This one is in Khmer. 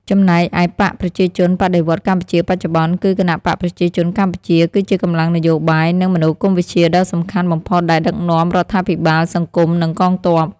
ចំណែកឯបក្សប្រជាជនបដិវត្តន៍កម្ពុជាបច្ចុប្បន្នគឺគណបក្សប្រជាជនកម្ពុជាគឺជាកម្លាំងនយោបាយ និងមនោគមវិជ្ជាដ៏សំខាន់បំផុតដែលដឹកនាំរដ្ឋាភិបាល សង្គម និងកងទ័ព ។